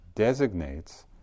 Designates